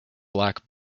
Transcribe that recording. black